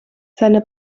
seine